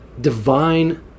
divine